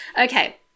okay